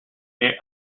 née